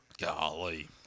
Golly